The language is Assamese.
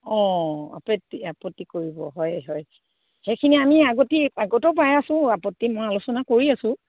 অঁ আপতি আপত্তি কৰিব হয় হয় সেইখিনি আমি আগতি আগতেও পাই আছো আপত্তি মই আলোচনা কৰি আছো